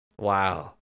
Wow